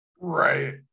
Right